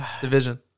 division